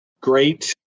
great